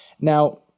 Now